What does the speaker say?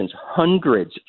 hundreds